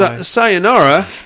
sayonara